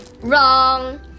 Wrong